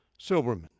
Silberman